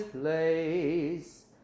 place